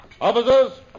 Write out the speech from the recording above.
Officers